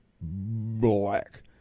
black